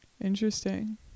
Interesting